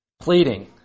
pleading